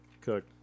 cook